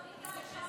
באותה מידה אפשר,